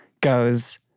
goes